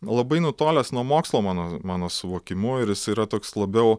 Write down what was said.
labai nutolęs nuo mokslo mano mano suvokimu ir jis yra toks labiau